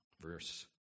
verse